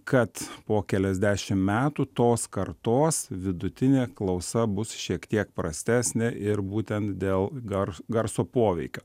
kad po keliasdešim metų tos kartos vidutinė klausa bus šiek tiek prastesnė ir būtent dėl gars garso poveikio